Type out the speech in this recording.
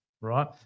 right